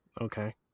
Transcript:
okay